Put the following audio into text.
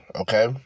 okay